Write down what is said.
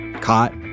Caught